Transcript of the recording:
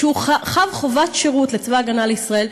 שהוא חב חובת שירות לצבא ההגנה לישראל,